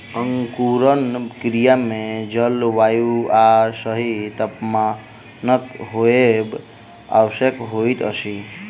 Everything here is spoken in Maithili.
अंकुरण क्रिया मे जल, वायु आ सही तापमानक होयब आवश्यक होइत अछि